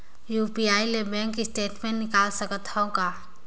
UPI ले bank statement निकाल सकत हवं का?